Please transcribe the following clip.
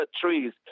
trees